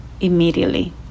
immediately